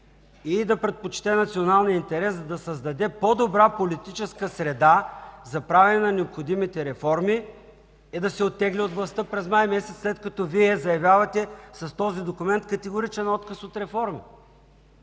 да предпочете националния интерес, за да създаде по-добра политическа среда за правене на необходимите реформи и да се оттегли от властта през май месец? След като с този документ Вие заявявате категоричен отказ от реформи!